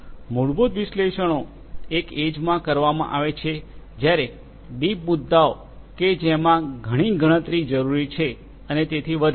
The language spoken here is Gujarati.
મૂળભૂત વિશ્લેષણો એક એજમાં કરવામાં આવે છે જ્યારે ડીપ મુદ્દાઓ કે જેમાં ઘણી ગણતરી જરૂરી છે અને તેથી વધારે